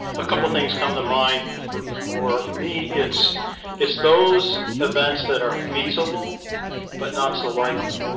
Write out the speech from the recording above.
a couple things come to mind. for for me it's it's those events that are feasible but not so likely.